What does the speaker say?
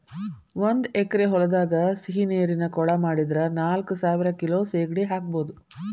ಒಂದ್ ಎಕರೆ ಹೊಲದಾಗ ಸಿಹಿನೇರಿನ ಕೊಳ ಮಾಡಿದ್ರ ನಾಲ್ಕಸಾವಿರ ಕಿಲೋ ಸೇಗಡಿ ಸಾಕಬೋದು